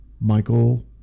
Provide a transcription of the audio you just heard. Michael